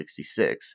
1966